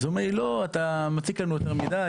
אז הוא אומר לי: לא, אתה מציק לנו יותר מדיי.